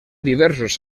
diversos